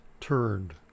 turned